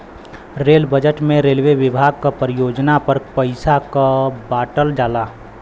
rail budget में railway विभाग क परियोजना पर पइसा क बांटल जाला